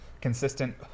consistent